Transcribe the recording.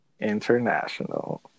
International